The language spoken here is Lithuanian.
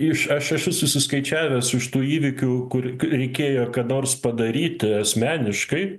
iš aš esu susiskaičiavęs už tų įvykių kur reikėjo ką nors padaryti asmeniškai